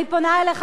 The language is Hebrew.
אני פונה אליך,